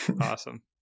Awesome